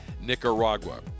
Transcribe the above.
Nicaragua